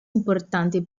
importante